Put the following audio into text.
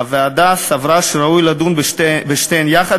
הוועדה סברה שראוי לדון בשתיהן יחד,